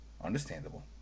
understandable